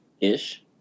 ish